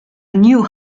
new